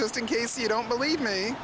just in case you don't believe me